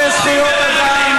אתה יכול לענות לי לשאלה?